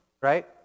Right